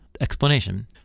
explanation